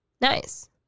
Nice